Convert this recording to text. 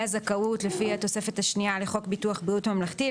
הזכאות לפי התוספת השנייה לחוק ביטוח בריאות הממלכתי,